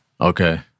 Okay